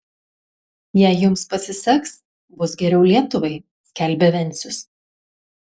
jei jums pasiseks bus geriau lietuvai skelbė vencius